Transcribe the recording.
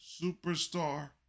superstar